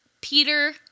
Peter